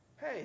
Hey